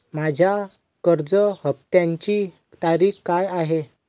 माझ्या कर्ज हफ्त्याची तारीख काय आहे?